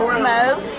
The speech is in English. smoke